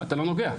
אתה לא נוגע,